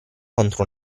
contro